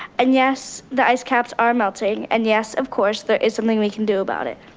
and yes, the icecaps are melting, and yes, of course, there is something we can do about it.